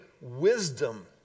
wisdom